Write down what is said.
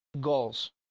goals